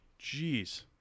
Jeez